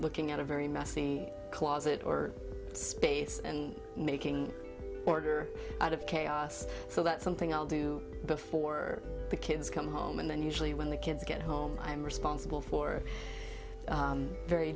looking at a very messy closet or space and making order out of chaos so that's something i'll do before the kids come home and then usually when the kids get home i'm responsible for very